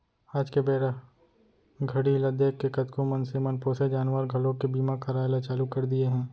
आज के बेरा घड़ी ल देखके कतको मनसे मन पोसे जानवर घलोक के बीमा कराय ल चालू कर दिये हें